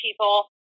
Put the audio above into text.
people